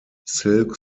silk